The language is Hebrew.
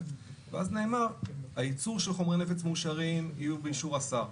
ואז נאמר שהייצור של חומרי נפץ מאושרים יהיו באישור השר,